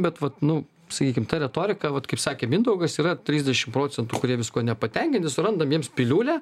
bet vat nu sakykim ta retorika vat kaip sakė mindaugas yra trisdešim procentų kurie viskuo nepatenkinti surandam jiems piliulę